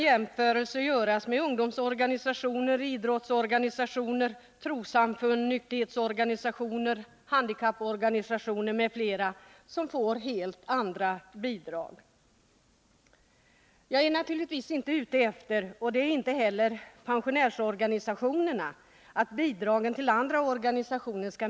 Jämförelser kan göras med ungdomsorganisationer, idrottsorganisationer, trossamfund, nykterhetsorganisationer, handikapporganisationer m.fl., som får helt Jag är naturligtvis inte ute efter att bidragen till andra organisationer skall minskas, och det är inte heller pensionärsorganisationerna.